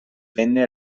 venne